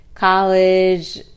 College